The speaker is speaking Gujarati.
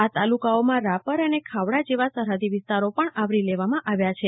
આ તાલુકાઓમાં રાપર અને ખાવડા જેવા સરફ દી વિસ્તારો પણ આવરી લેવામાં આવ્યા છે